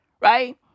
Right